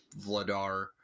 Vladar